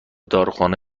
داروخانه